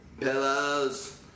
pillows